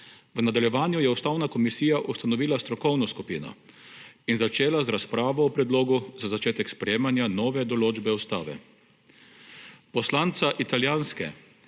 V nadaljevanju je Ustavna komisija ustanovila strokovno skupino in začela z razpravo o predlogu za začetek sprejemanja nove določbe ustave. Poslanca italijanske